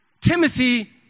Timothy